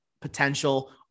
potential